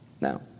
Now